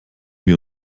wir